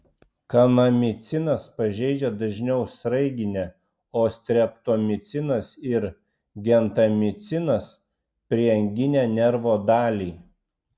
kanamicinas pažeidžia dažniau sraiginę o streptomicinas ir gentamicinas prieanginę nervo dalį